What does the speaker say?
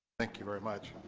thank you very much.